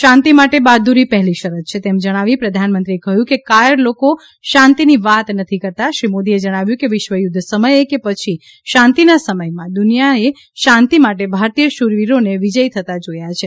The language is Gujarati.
શાંતિ માટે બહાદુરી પહેલી શરત છે તેમ જણાવી પ્રધાન મંત્રી એ કહ્યું કે કાયર લોકો શાંતિની વાત નથી કરતા શ્રી મોદીએ જણાવ્યું હતું કે વિશ્વ યુદ્ધ સમયે કે પછી શાંતિના સમયમાં દુનિયાએ શાંતિ માટે ભારતીય શૂરવીરોને વિજયી થતા જોયા છે